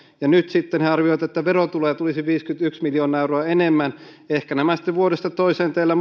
ja nyt sitten he arvioivat että verotuloja tulisi viisikymmentäyksi miljoonaa euroa enemmän ehkä nämä arviot sitten vuodesta toiseen teillä